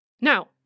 Now